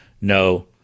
no